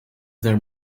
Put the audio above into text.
there